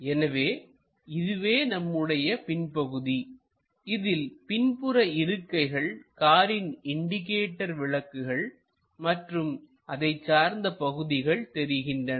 எனவே இதுவே நம்முடைய பின்பகுதிஇதில் பின்புற இருக்கைகள் காரின் இன்டிகேட்டர் விளக்குகள் மற்றும் அதைச் சார்ந்த பகுதிகள் தெரிகின்றன